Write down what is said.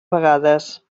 vegades